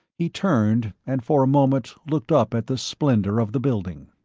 he turned and for a moment looked up at the splendor of the building.